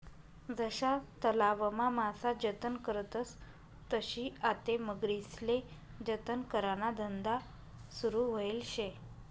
जशा तलावमा मासा जतन करतस तशी आते मगरीस्ले जतन कराना धंदा सुरू व्हयेल शे